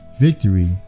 victory